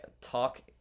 talk